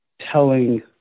telling